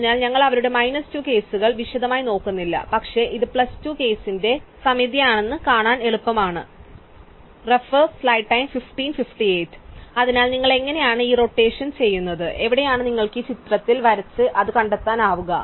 അതിനാൽ ഞങ്ങൾ അവരുടെ മൈനസ് 2 കേസുകൾ വിശദമായി നോക്കുന്നില്ല പക്ഷേ ഇത് പ്ലസ് 2 കേസിന്റെ സമമിതിയാണെന്ന് കാണാൻ എളുപ്പമാണ് അതിനാൽ നിങ്ങൾ എങ്ങനെയാണ് ഈ റോടേഷൻ ചെയ്യുന്നത് എവിടെയാണ് നിങ്ങൾക്ക് ഈ ചിത്രങ്ങൾ വരച്ച് അത് കണ്ടെത്താനാവുക